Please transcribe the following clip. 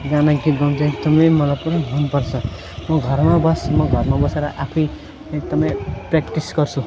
गाना गीत गाउनु चाहिँ एकदमै मलाई पुरा मनपर्छ म घरमा बस म घरमा बसेर आफै एकदमै प्र्याक्टिस गर्छु